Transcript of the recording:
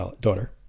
daughter